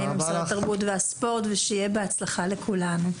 משרד התרבות והספורט ושיהיה בהצלחה לכולנו.